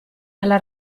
alla